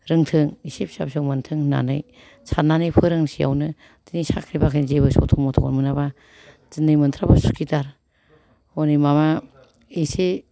रोंथों एसे फिसा फिसौ मोनथों होननानै साननानै फोरोंसेआवनो बिदिनो साख्रि बाख्रिनि जेबो सथ' मथ'खौनो मोनाबा दिनै मोनथ्राबाबो सुखिदार हनै माबा एसे